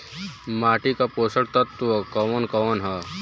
माटी क पोषक तत्व कवन कवन ह?